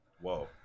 Whoa